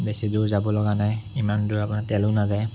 বেছি দূৰ যাবলগা নাই ইমান দূৰ আপোনাৰ তেলো নাযায়